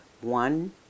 one